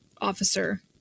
officer